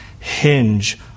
hinge